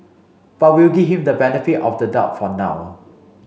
but we'll give him the benefit of the doubt for now